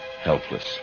helpless